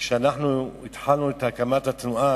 כשאנחנו התחלנו את הקמת התנועה,